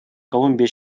колумбия